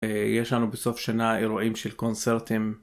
יש לנו בסוף שנה אירועים של קונצרטים